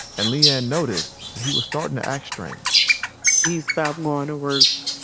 and le-ann noticed that he was starting to act strange he stopped going to work,